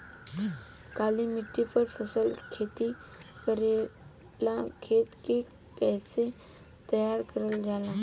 काली मिट्टी पर फसल खेती करेला खेत के कइसे तैयार करल जाला?